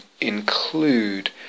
include